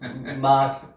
Mark